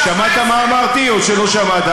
שמעת מה אמרתי או שלא שמעת?